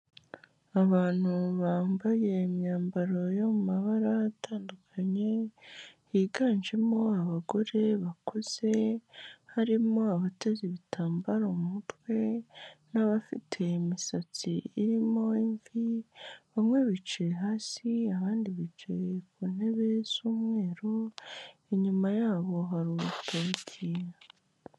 Abantu bambaye imyambaro yo mu mabara atandukanye higanjemo abagore bakuze, harimo abateze ibitambaro mu umutwe n'abafite imisatsi irimo imvi, bamwe bicaye hasi abandi bicaye ku ntebe z'umweru, inyuma yabo hari urutoki.